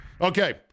Okay